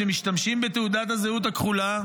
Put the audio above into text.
שמשתמשים בתעודת הזהות הכחולה,